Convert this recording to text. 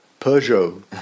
Peugeot